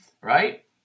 right